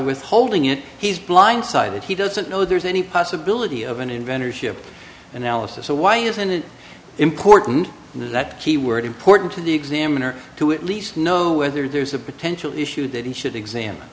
withholding it he's blindsided he doesn't know there's any possibility of an inventor ship analysis so why isn't it important that he were it important to the examiner to at least know whether there's a potential issue that he should examine